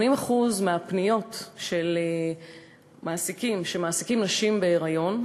80% מהפניות של מעסיקים שמעסיקים נשים בהיריון,